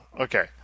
okay